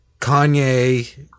Kanye